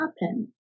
happen